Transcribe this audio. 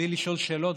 בלי לשאול שאלות,